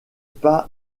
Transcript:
pas